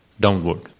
downward